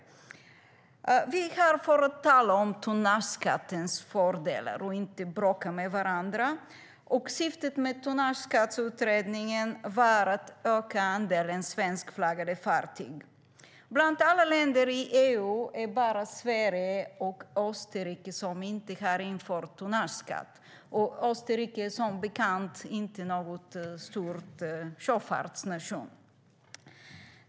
Men vi är här för att tala om tonnageskattens fördelar och inte för att bråka med varandra. Syftet med utredningen om tonnageskatt var att öka andelen svenskflaggade fartyg. Av alla länder i EU är det bara Sverige och Österrike som inte har infört tonnageskatt, och Österrike är som bekant inte någon stor sjöfartsnation.